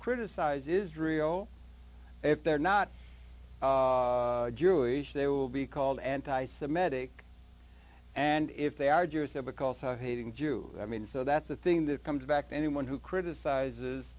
criticize israel if they're not jewish they will be called anti semitic and if they are jews have a call to hating jew i mean so that's the thing that comes back to anyone who criticizes